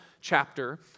chapter